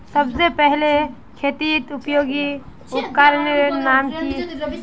सबसे पहले खेतीत उपयोगी उपकरनेर नाम की?